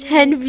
Ten